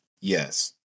Yes